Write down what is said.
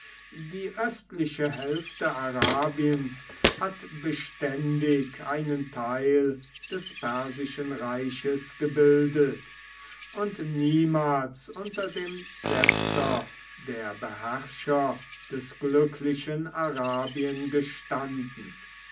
die östliche hälfte arabiens hat beständig einen teil des persischen reiches gebildet und niemals unter dem szepter der beherrscher des glücklichen arabien gestanden